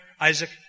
Isaac